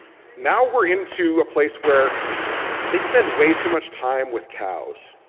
now we're into a place where they spend way too much time with cows.